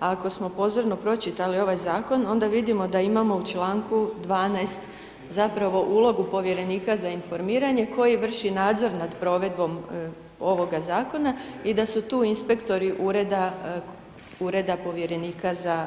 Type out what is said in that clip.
Ako smo pozorno pročitali ovaj zakon, onda vidimo da imamo u članku 12. zapravo ulogu povjerenika za informiranje koji vrši nadzor nad provedbom ovoga zakona i da su tu inspektori Ureda povjerenika za